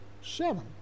seven